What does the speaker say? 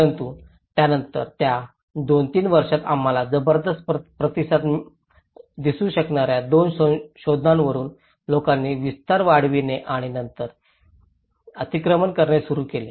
परंतु त्यानंतर त्या दोन तीन वर्षात आम्हाला जबरदस्त प्रतिसाद दिसू शकणार्या दोन शोधांवरून लोकांनी विस्तार वाढविणे आणि नंतर अतिक्रमण करणे सुरू केले